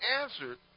answered